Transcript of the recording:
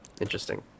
interesting